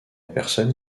personne